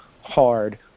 hard